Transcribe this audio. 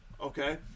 Okay